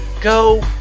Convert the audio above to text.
go